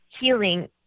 healing